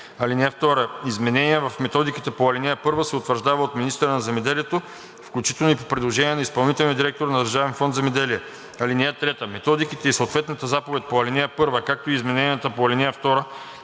(2) Изменения в методиките по ал. 1 се утвърждават от министъра на земеделието, включително и по предложение на изпълнителния директор на Държавен фонд „Земеделие“. (3) Методиките и съответната заповед по ал. 1, както и измененията по ал. 2